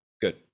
Good